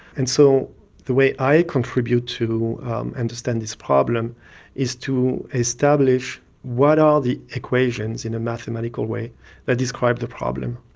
and so the way i contribute to understand this problem is to establish what are the equations in a mathematical way that describe the problem?